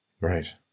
Right